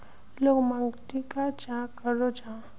लोग मार्केटिंग चाँ करो जाहा?